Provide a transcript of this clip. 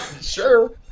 sure